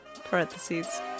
Parentheses